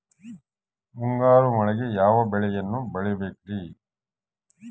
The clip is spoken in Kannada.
ಮುಂಗಾರು ಮಳೆಗೆ ಯಾವ ಬೆಳೆಯನ್ನು ಬೆಳಿಬೇಕ್ರಿ?